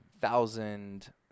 thousand